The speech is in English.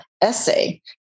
essay